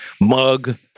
mug